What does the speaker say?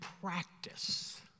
practice